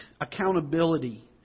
accountability